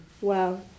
Wow